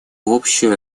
общую